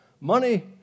money